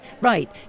Right